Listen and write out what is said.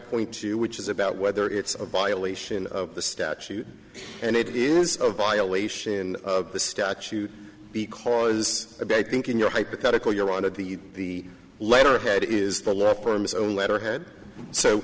point to you which is about whether it's a violation of the statute and it is a violation of the statute because i think in your hypothetical you're out of the letterhead is the law firm is on letterhead so